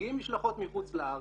מגיעות משלחות מחוץ-לארץ,